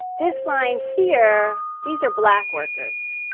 this line here, these are black workers.